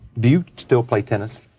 do you still play tennis?